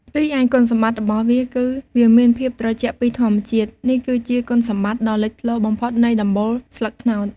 រីឯគុណសម្បត្តិរបស់វាគឺ វាមានភាពត្រជាក់ពីធម្មជាតិ នេះគឺជាគុណសម្បត្តិដ៏លេចធ្លោបំផុតនៃដំបូលស្លឹកត្នោត។